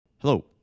Hello